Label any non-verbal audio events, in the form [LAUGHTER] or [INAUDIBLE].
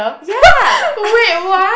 ya [LAUGHS]